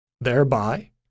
Thereby